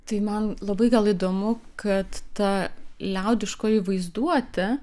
tai man labai gal įdomu kad ta liaudiškoji vaizduotė